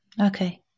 Okay